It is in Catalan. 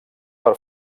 per